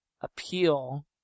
appeal